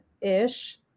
ish